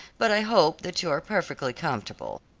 but i hope that you are perfectly comfortable.